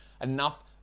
enough